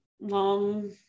long